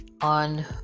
on